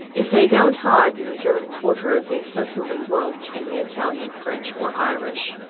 if they don't hide in the german quarter they certainly won't in the italian, french or irish.